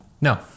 no